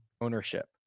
ownership